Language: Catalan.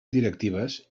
directives